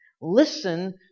listen